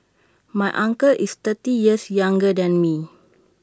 my uncle is thirty years younger than me